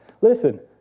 Listen